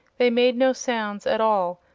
they made no sounds at all,